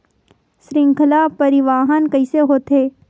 श्रृंखला परिवाहन कइसे होथे?